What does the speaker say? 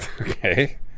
Okay